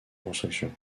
construction